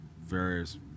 various